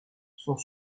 sont